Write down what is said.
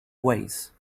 ways